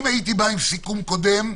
אם הייתי בא עם סיכום קודם,